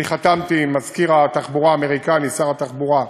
חתמתי עם מזכיר התחבורה האמריקני, שר התחבורה,